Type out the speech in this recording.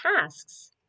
tasks